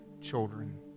children